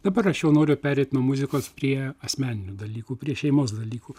dabar aš jau noriu pereit nuo muzikos prie asmeninių dalykų prie šeimos dalykų